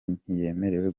ntiyemerewe